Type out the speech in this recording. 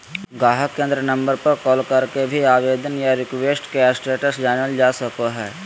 गाहक केंद्र नम्बर पर कॉल करके भी आवेदन या रिक्वेस्ट के स्टेटस जानल जा सको हय